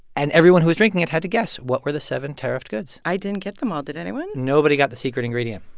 and everyone who was drinking it had to guess, what were the seven tariffed goods? i didn't get them all. did anyone? nobody got the secret ingredient.